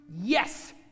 yes